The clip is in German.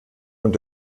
und